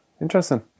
Interesting